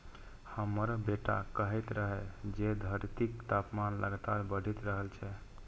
हमर बेटा कहैत रहै जे धरतीक तापमान लगातार बढ़ि रहल छै